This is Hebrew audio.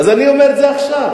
אז אני אומר את זה עכשיו.